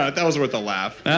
ah that was worth a laugh